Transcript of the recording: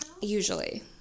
Usually